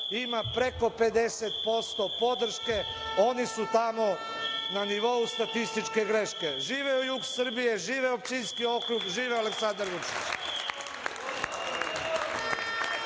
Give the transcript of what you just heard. ima preko 50% podrške, oni su tamo na nivou statističke greške. Živeo jug Srbije, živo Pčinjski okrug, živeo Aleksandar Vučić.